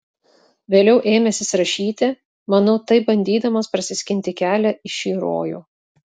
vėliau ėmęsis rašyti manau taip bandydamas prasiskinti kelią į šį rojų